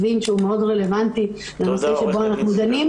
דין שהוא מאוד רלוונטי לנושא שבו אנחנו דנים,